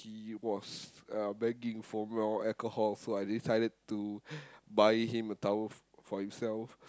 he was uh begging for more alcohol so I decided to buy him a tower f~ for himself